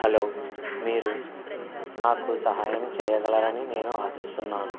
hello మీరు నాకు సహాయం చెయ్యగలరని నేను ఆశిస్తున్నాను